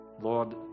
Lord